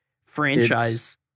franchise